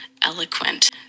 eloquent